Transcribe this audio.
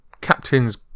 captains